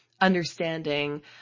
understanding